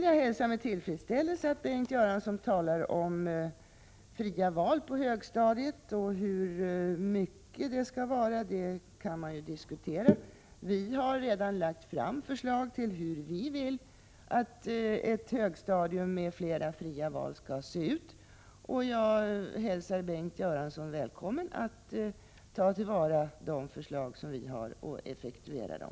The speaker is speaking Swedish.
Jag hälsar med tillfredsställelse att Bengt Göransson talar om fria val på högstadiet. Hur mycket av sådant det skall vara kan vi ju diskutera. Vi har redan lagt fram förslag till hur vi vill att ett högstadium med flera fria val skall se ut. Jag hälsar Bengt Göransson välkommen att ta vara på våra förslag och effektuera dem.